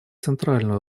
центральную